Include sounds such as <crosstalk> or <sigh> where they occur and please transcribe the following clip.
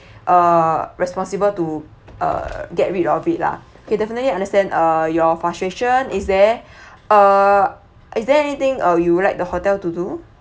uh responsible to uh get rid of it lah okay definitely understand uh your frustration is there <breath> uh is there anything uh you would like the hotel to do